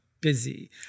busy